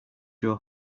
your